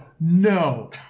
No